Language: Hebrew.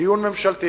דיון ממשלתי